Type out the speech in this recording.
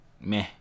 meh